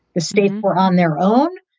the states were on their own.